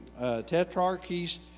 tetrarchies